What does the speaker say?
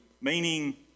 meaning